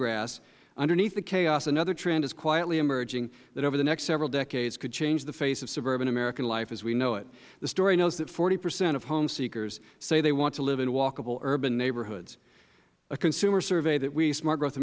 grass underneath the chaos another trend is quietly emerging that over the next several decades could change the face of suburban american life as we know it the story notes that forty percent of home seekers say they want to live in walkable urban neighborhoods a consumer survey that we at smart